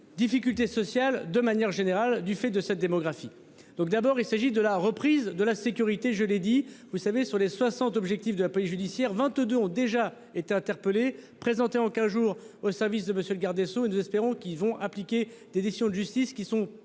Difficultés sociales de manière générale, du fait de cette démographie donc d'abord il s'agit de la reprise de la sécurité. Je l'ai dit, vous savez sur les 60, objectif de la police judiciaire, 22 ont déjà été interpellées, présenté en 15 jours au service de monsieur le garde des Sceaux et nous espérons qu'ils vont appliquer des décisions de justice qui sont